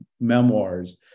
memoirs